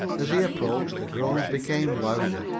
as he approached, the groans became louder.